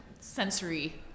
sensory